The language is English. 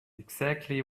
exactly